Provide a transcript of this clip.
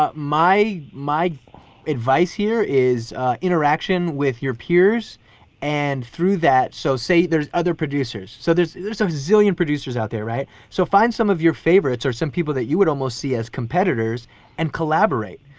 ah my my advice here is interaction with your peers and through that, so say there's other producers, so there's there's a zillion producers out there, right? so find some of your favorites or some people that you would almost see as competitors and collaborate.